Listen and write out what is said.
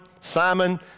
Simon